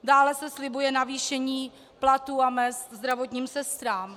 Dále se slibuje navýšení platů a mezd zdravotním sestrám.